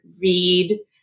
read